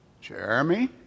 Jeremy